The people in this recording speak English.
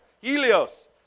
Helios